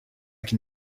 can